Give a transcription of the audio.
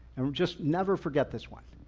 um just never forget this one.